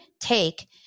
take